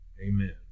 Amen